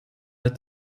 est